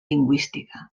lingüística